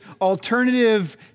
alternative